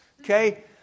Okay